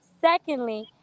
Secondly